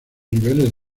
niveles